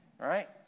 Right